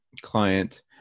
client